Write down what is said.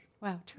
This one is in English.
Wow